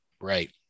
Right